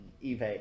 Eve